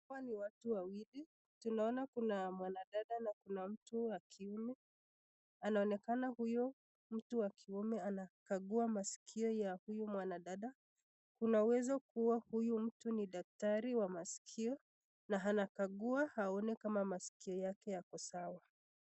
Hawa ni watu wawili. Tunaona kuna mwanadada na kuna mtu wa kiume. Anaonekana huyo mtu wa kiume anakagua masikio ya huyu mwanadada. Kuna uwezo kuwa huyu mtu ni daktari wa maskio na anakagua aone kama maskio yake yako sawa.